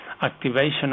activation